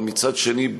אבל מצד שני,